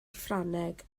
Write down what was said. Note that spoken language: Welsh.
ffrangeg